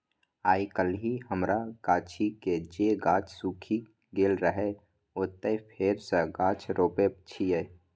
आइकाल्हि हमरा गाछी के जे गाछ सूखि गेल रहै, ओतय फेर सं गाछ रोपै छियै